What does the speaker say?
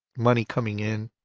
money coming in